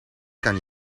kan